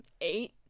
eight